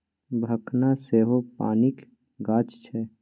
भखना सेहो पानिक गाछ छै